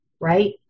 right